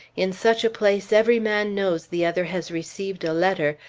in such a place every man knows the other has received a letter,